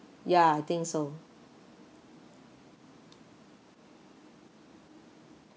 ya I think so